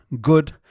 good